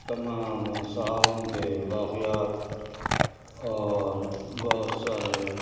تمام صحابیوں کے واقعات اور بہت سارے